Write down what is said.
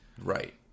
right